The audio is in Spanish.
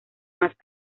más